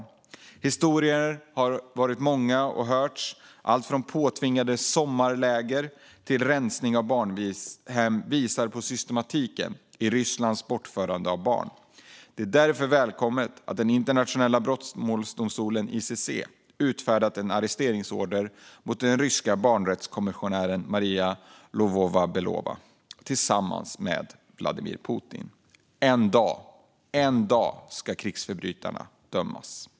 Många historier som har hörts om allt från påtvingade "sommarläger" till rensning av barnhem visar på systematiken i Rysslands bortförande av barn. Det är därför välkommet att Internationella brottmålsdomstolen, ICC, utfärdat en arresteringsorder mot den ryska barnrättskommissionären Maria Lvova-Belova tillsammans med Vladimir Putin. En dag ska krigsförbrytarna dömas.